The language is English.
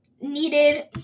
needed